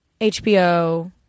HBO